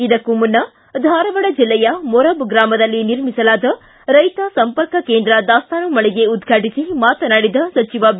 ಇದಕ್ಕೂ ಮುನ್ನ ಧಾರವಾಡ ಜಿಲ್ಲೆಯ ಮೊರಬ್ ಗ್ರುಮದಲ್ಲಿ ನಿರ್ಮಿಸಲಾದ ರೈತ ಸಂಪರ್ಕ ಕೇಂದ್ರ ದಾಸ್ತಾನು ಮಳಿಗೆ ಉದ್ಘಾಟಿಸಿ ಮಾತನಾಡಿದ ಸಚಿವ ಬಿ